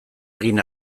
egin